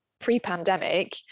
pre-pandemic